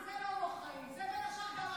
לזה לא הוא אחראי, זה בין השאר גם אתם.